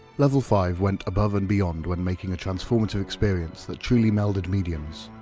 level five went above and beyond when making a transformative experience that truly melded mediums.